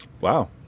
Wow